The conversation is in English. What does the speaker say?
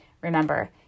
Remember